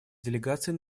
делегаций